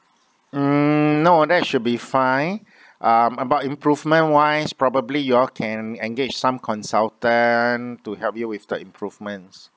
mm no that should be fine uh about improvement wise probably you all can engage some consultant to help you with the improvements